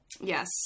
Yes